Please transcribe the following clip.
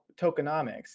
tokenomics